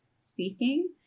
seeking